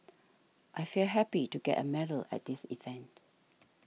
I feel happy to get a medal at this event